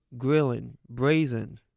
grilling, braising,